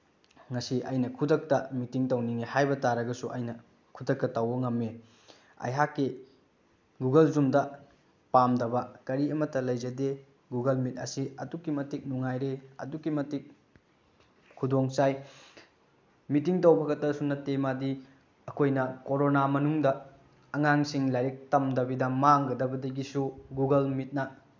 ꯉꯁꯤ ꯑꯩꯅ ꯈꯨꯗꯛꯇ ꯃꯤꯇꯤꯡ ꯇꯧꯅꯤꯡꯉꯦ ꯍꯥꯏꯕ ꯇꯥꯔꯒꯁꯨ ꯑꯩꯅ ꯈꯨꯗꯛꯇ ꯇꯧꯕ ꯉꯝꯃꯤ ꯑꯩꯍꯥꯛꯀꯤ ꯒꯨꯒꯜ ꯖꯨꯝꯗ ꯄꯥꯝꯗꯕ ꯀꯔꯤ ꯑꯃꯠꯇ ꯂꯩꯖꯗꯦ ꯒꯨꯒꯜ ꯃꯤꯠ ꯑꯁꯤ ꯑꯗꯨꯛꯀꯤ ꯃꯇꯤꯛ ꯅꯨꯡꯉꯥꯏꯔꯦ ꯑꯗꯨꯛꯀꯤ ꯃꯇꯤꯛ ꯈꯨꯗꯣꯡ ꯆꯥꯏ ꯃꯤꯇꯤꯡ ꯇꯧꯕ ꯈꯛꯇꯁꯨ ꯅꯠꯇꯦ ꯃꯥꯗꯤ ꯑꯩꯈꯣꯏꯅ ꯀꯣꯔꯣꯅꯥ ꯃꯅꯨꯡꯗ ꯑꯉꯥꯡꯁꯤꯡ ꯂꯥꯏꯔꯤꯛ ꯇꯝꯗꯕꯤꯗ ꯃꯥꯡꯒꯗꯕꯗꯒꯤꯁꯨ ꯒꯨꯒꯜ ꯃꯤꯠꯅ